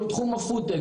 כל תחום הפודטק,